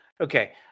Okay